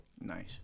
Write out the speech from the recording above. Nice